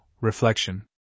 reflection